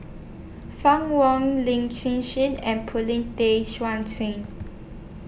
Fann Wong Lin Hsin Hsin and Paulin Tay